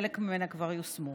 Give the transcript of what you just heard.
וחלק ממנו כבר יושם.